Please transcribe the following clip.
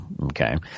Okay